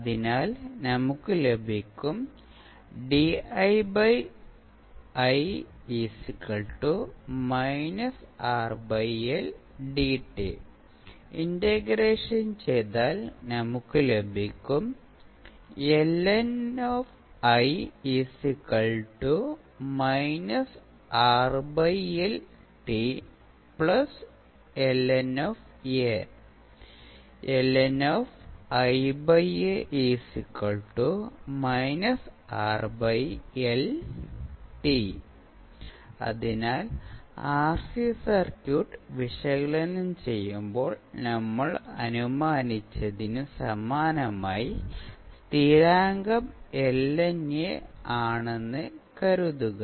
അതിനാൽ നമുക്ക് ലഭിക്കും ഇന്റഗ്രേഷൻ ചെയ്താൽ നമുക്ക് ലഭിക്കും അതിനാൽ ആർസി സർക്യൂട്ട് വിശകലനം ചെയ്യുമ്പോൾ നമ്മൾ അനുമാനിച്ചതിന് സമാനമായി സ്ഥിരാങ്കം ln A ആണെന്ന് കരുതുക